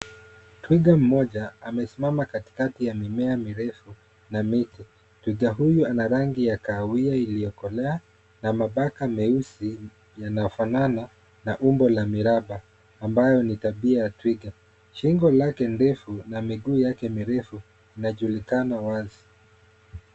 Twiga mmoja amesimama katikati ya mimea mirefu na miti. Twiga huyu ana rangi ya kahawia iliyokolea na mapaka meusi yanafanana umbo la miraba ambayo ni tabia ya twiga. shingo lake ndefu na miguu yake mirefu inajulikana wazi.